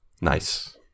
Nice